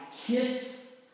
kiss